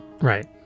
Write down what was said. Right